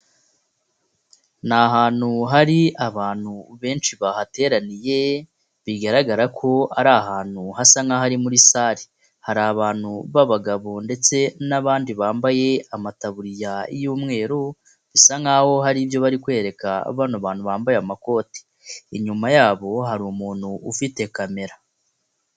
Ni ahantu hari abantu benshi bahateraniye bigaragara ko ari ahantu hasa nkaho ari muri sale, hari abantu b'abagabo ndetse n'abandi bambaye amataburiya y'umweru, bisa nkaho hari ibyo bari kwereka bano bantu bambaye amakoti, inyuma yabo hari umuntu ufite kamera.